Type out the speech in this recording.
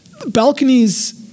balconies